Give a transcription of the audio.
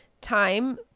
time